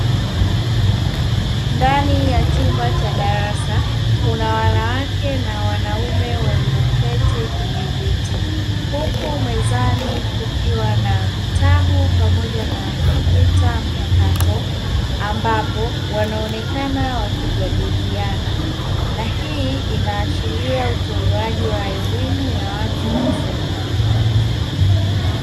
Ndani ya chumba cha darasa, kuna wanawake na wanaume walioketi kwenye viti; huku mezani kukiwa na vitabu pamoja na Kompyuta mpakato, ambapo wanaonekana wakaijadiliana na hii ina ashiria utolewaji wa elimu ya watu wazima.